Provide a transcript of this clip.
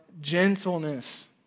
gentleness